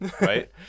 right